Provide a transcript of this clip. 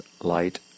light